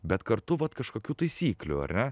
bet kartu vat kažkokių taisyklių ar ne